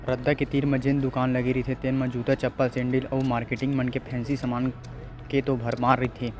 रद्दा के तीर म जेन दुकान लगे रहिथे तेन म जूता, चप्पल, सेंडिल अउ मारकेटिंग मन के फेंसी समान के तो भरमार रहिथे